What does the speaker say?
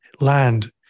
land